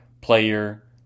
player